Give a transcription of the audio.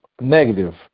negative